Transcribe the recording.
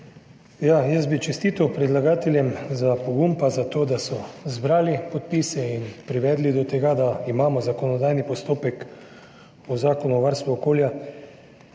Jaz bi čestital predlagateljem za pogum in za to, da so zbrali podpise in privedli do tega, da imamo zakonodajni postopek o Zakonu o varstvu okolja.